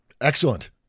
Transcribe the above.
Excellent